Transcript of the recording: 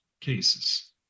cases